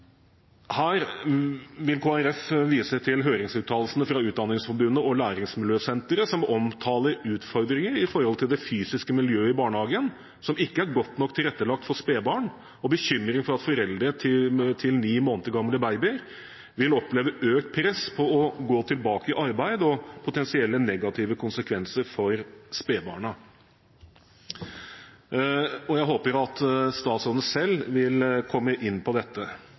Her vil Kristelig Folkeparti vise til høringsuttalelsene fra Utdanningsforbundet og Læringsmiljøsenteret, som omtaler utfordringer med tanke på det fysiske miljøet i barnehagen, som ikke er godt nok tilrettelagt for spedbarn, og bekymring for at foreldre til ni måneder gamle babyer vil oppleve økt press for å gå tilbake i arbeid og potensielle negative konsekvenser for spedbarna. Jeg håper at statsråden selv vil komme inn på dette,